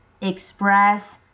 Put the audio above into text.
express